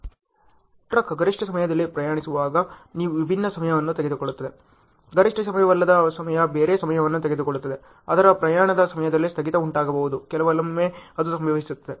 truck ಗರಿಷ್ಠ ಸಮಯದಲ್ಲಿ ಪ್ರಯಾಣಿಸುವಾಗ ವಿಭಿನ್ನ ಸಮಯವನ್ನು ತೆಗೆದುಕೊಳ್ಳುತ್ತದೆ ಗರಿಷ್ಠ ಸಮಯವಲ್ಲದ ಸಮಯ ಬೇರೆ ಸಮಯವನ್ನು ತೆಗೆದುಕೊಳ್ಳುತ್ತದೆ ಅದರ ಪ್ರಯಾಣದ ಸಮಯದಲ್ಲಿ ಸ್ಥಗಿತ ಉಂಟಾಗಬಹುದು ಕೆಲವೊಮ್ಮೆ ಅದು ಸಂಭವಿಸುತ್ತದೆ